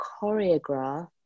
choreographed